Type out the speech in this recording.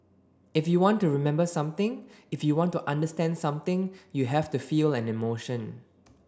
if you want to remember something if you want to understand something you have to feel an emotion